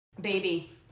Baby